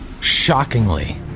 Shockingly